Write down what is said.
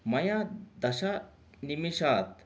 मया दशनिमेषात्